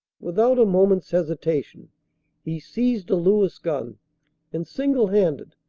without a moment s hesitation he seized a lewis gun and single-handed,